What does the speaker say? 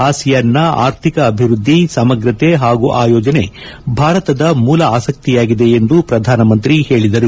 ಆಸಿಯನ್ನ ಆರ್ಥಿಕ ಅಭಿವ್ಯದ್ದಿ ಸಮಗ್ರತೆ ಹಾಗೂ ಅಯೋಜನೆ ಭಾರತದ ಮೂಲ ಆಸಕ್ತಿಯಾಗಿದೆ ಎಂದು ಪ್ರಧಾನಮಂತ್ರಿ ಹೇಳಿದರು